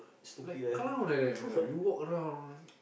like clown like that you know you walk around